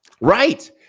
Right